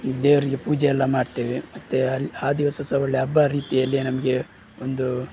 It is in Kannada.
ದೇವರಿಗೆ ಪೂಜೆ ಎಲ್ಲ ಮಾಡ್ತೇವೆ ಮತ್ತು ಅಲ್ಲಿ ಆ ದಿವಸ ಸಹ ಒಳ್ಳೆ ಹಬ್ಬ ರೀತಿಯಲ್ಲಿಯೇ ನಮಗೆ ಒಂದು